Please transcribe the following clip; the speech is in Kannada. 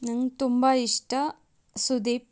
ನಂಗೆ ತುಂಬ ಇಷ್ಟ ಸುದೀಪ್